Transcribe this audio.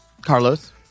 Carlos